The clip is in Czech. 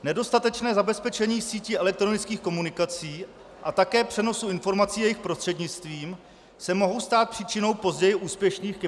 Nedostatečné zabezpečení sítí elektronických komunikací a také přenosu informací jejich prostřednictvím se mohou stát příčinou později úspěšných kybernetických ataků.